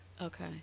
Okay